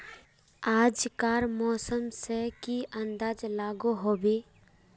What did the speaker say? आज कार मौसम से की अंदाज लागोहो होबे?